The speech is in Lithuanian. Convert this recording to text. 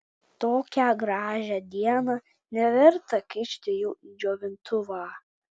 tokią gražią dieną neverta kišti jų į džiovintuvą